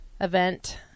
event